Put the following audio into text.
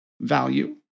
value